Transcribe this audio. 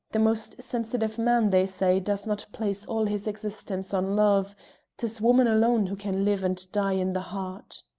the most sensitive man, they say, does not place all his existence on love tis woman alone who can live and die in the heart.